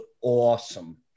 awesome